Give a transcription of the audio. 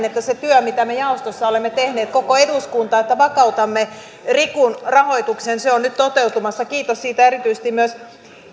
että se työ mitä me jaostossa olemme tehneet koko eduskunta että vakautamme rikun rahoituksen on nyt toteutumassa kiitos siitä erityisesti myös